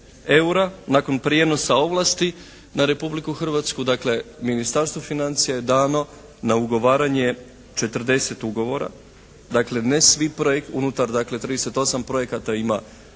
eura nakon prijenosa ovlasti na Republiku Hrvatsku, dakle Ministarstvo financija je dano na ugovaranje 40 ugovora, dakle ne svi, unutar dakle 38 projekata ima